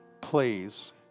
Please